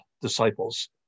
disciples